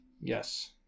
Yes